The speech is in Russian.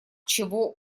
чего